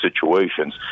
situations